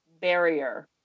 barrier